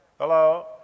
Hello